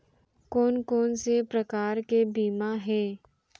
कोन कोन से प्रकार के बीमा हे?